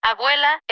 Abuela